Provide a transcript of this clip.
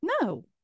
No